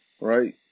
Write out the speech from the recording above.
right